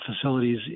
facilities